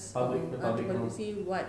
public the public know